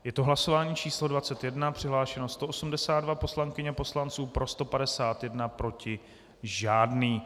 Je to hlasování číslo 21, přihlášeno 182 poslankyň a poslanců, pro 151, proti žádný.